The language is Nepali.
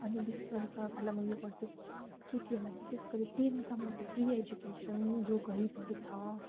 अनि विशेष गरेर सरकारलाई म यो भन्छु कि केटीहरूलाई विशेष गरी टेनसम्म चाहिँ फ्री एजुकेसन जो गरिबहरू छ